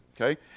okay